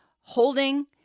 holding